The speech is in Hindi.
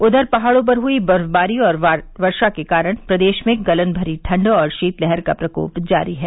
उधर पहाड़ों पर हुई बर्फबारी और वर्षा के कारण प्रदेश में गलन भरी ठंड और शीतलहर का प्रकोप जारी है